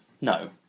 No